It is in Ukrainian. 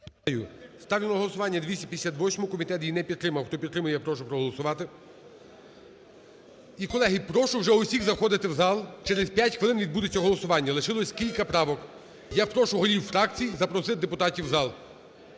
Ставлю на голосування 258-у. Комітет її не підтримав. Хто підтримує, я прошу проголосувати. І, колеги, прошу вже усіх заходити в зал, через 5 хвилин відбудеться голосування, лишилося кілька правок. Я прошу голів фракцій запросити депутатів в зал